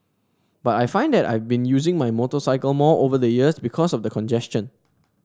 but I find that I've been using my motorcycle more over the years because of the congestion